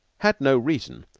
had no reason,